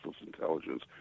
intelligence